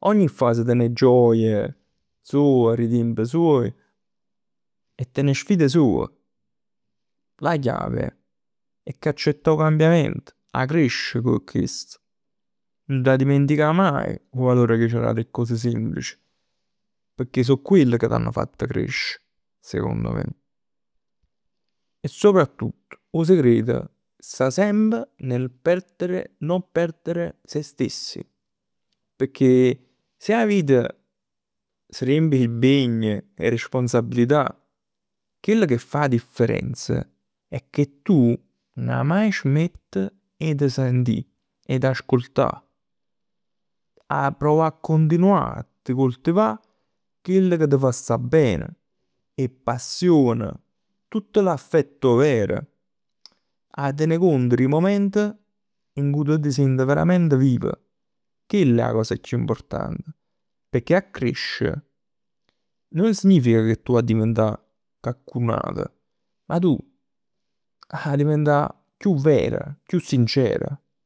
Ogni fase ten 'e gioie soje, 'e tiemp suoje e ten 'e sfide soje. La chiave è che 'a accettà 'o cambiamento, 'a cresce cu chest. Nun t' 'a dimenticà maje 'o valore che c' 'a dato 'e cose semplici. Pecchè so quelle che t'hann fatto crescere secondo me. E soprattutto 'o segreto sta semp nel perdere, non perdere sè stessi. Pecchè se 'a vita si riempie 'e impegni, 'e responsabilità, chell che fa 'a differenz è che tu nun 'a maje smett 'e t' sentì, 'e t' ascoltà. 'A provà a continuà a ti coltivà chell ca t' fa sta ben 'e passion. Tutt l'affetto over. 'A tenè cont d' 'e mument in cui tu t' sient verament viv. Chell è 'a cosa chiù important. Pecchè a cresc non significa che tu 'a diventà coccun'ato, ma tu 'a diventà chiù ver, chiù sincer.